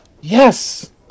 Yes